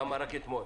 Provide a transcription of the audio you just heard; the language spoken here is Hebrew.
למה רק אתמול?